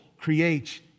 creates